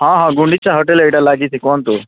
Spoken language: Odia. ହଁ ହଁ ଗୁଣ୍ଡିଚା ହୋଟେଲ୍ ଏଇଟା ଲାଗିଛି କୁହନ୍ତୁ